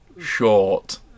short